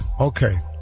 Okay